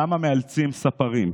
למה מאלצים ספרים,